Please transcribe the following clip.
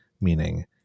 meaning